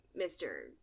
Mr